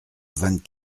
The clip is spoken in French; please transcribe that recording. vingt